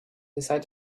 decided